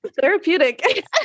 therapeutic